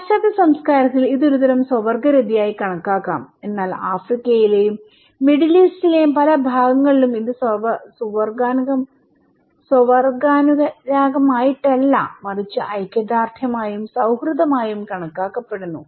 പാശ്ചാത്യ സംസ്കാരത്തിൽ ഇത് ഒരുതരം സ്വവർഗരതിയായി കണക്കാക്കാം എന്നാൽ ആഫ്രിക്കയിലെയും മിഡിൽ ഈസ്റ്റിലെയും പല ഭാഗങ്ങളിലും ഇത് സ്വവർഗാനുരാഗമായിട്ടല്ല മറിച്ച് ഐക്യദാർഢ്യമായും സൌഹൃദമായും കണക്കാക്കപ്പെടുന്നു